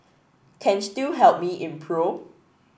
can still help me in pro